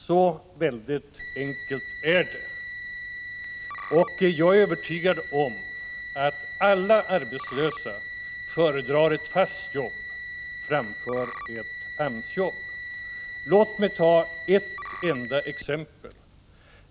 Så enkelt är det. Jag är övertygad om att alla arbetslösa föredrar att ha ett fast jobb framför ett AMS-jobb. Låt mig ta ett enda exempel.